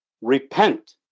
repent